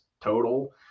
total